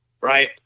right